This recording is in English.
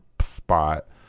spot